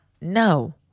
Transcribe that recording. No